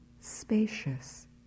spacious